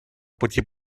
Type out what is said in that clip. пути